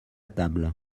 table